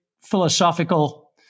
philosophical